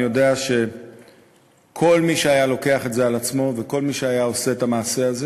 אני יודע שכל מי שהיה לוקח את זה על עצמו וכל מי שהיה עושה את המעשה הזה